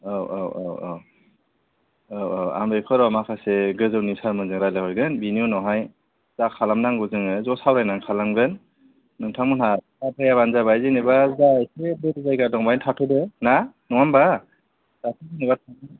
औ औ औ औ औ औ आं बेखौ र' माखासे गोजौनि सारमोनजों रायलायहरगोन बिनि उनावहाय जा खालामनांगौ जोङो ज' सावरायनानै खालामगोन नोंथांमोनहा गाब्रायाबानो जाबाय जेनबा जा एसे बोरि जायगा दं बेयावनो थाथ'दो ना नङा होम्बा दाथ' जेनबा